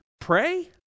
pray